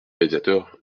réalisateur